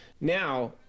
now